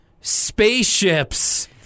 Spaceships